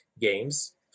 games